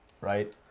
right